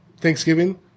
Thanksgiving